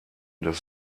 das